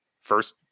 First